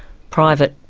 private,